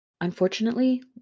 Unfortunately